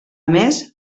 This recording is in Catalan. més